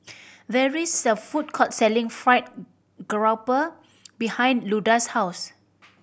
there is a food court selling fried grouper behind Luda's house